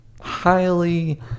highly